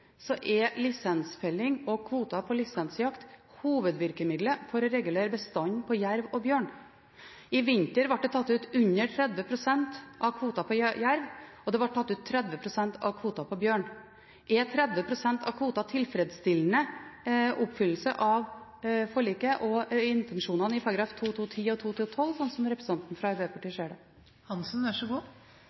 på lisensjakt hovedvirkemiddelet for å regulere bestanden av jerv og bjørn. I vinter ble det tatt ut under 30 pst. av kvoten på jerv, og det ble tatt ut 30 pst. av kvoten på bjørn. Er 30 pst. av kvoten tilfredsstillende oppfyllelse av forliket og intensjonene i punkt 2.2.10 og 2.2.12 slik representanten fra Arbeiderpartiet ser det? Jeg antar at representanten Marit Arnstad registrerer at det